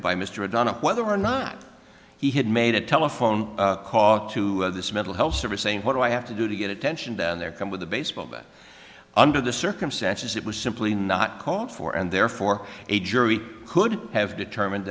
by mr o'donnell whether or not he had made a telephone call to this mental health service saying what do i have to do to get attention down there come with a baseball bat under the circumstances it was simply not called for and therefore a jury could have determined